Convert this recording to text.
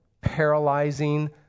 paralyzing